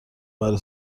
برای